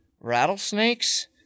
rattlesnakes